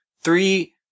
Three